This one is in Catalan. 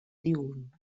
diürn